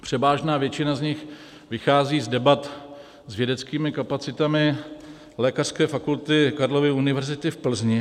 Převážná většina z nich vychází z debat s vědeckými kapacitami Lékařské fakulty Karlovy univerzity v Plzni.